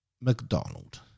McDonald